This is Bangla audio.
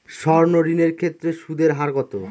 সর্ণ ঋণ এর ক্ষেত্রে সুদ এর হার কত?